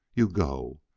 you go,